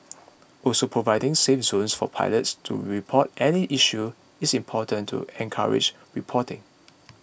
also providing safe zones for pilots to report any issues is important to encourage reporting